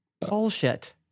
Bullshit